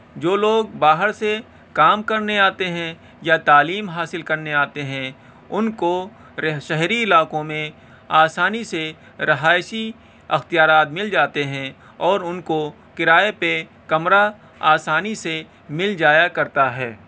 جو لوگ باہر سے کام کرنے آتے ہیں یا تعلیم حاصل کرنے آتے ہیں ان کو رہ شہری علاقوں میں آسانی سے رہائشی اختیارات مل جاتے ہیں اور ان کو کرائے پہ کمرہ آسانی سے مل جایا کرتا ہے